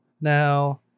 Now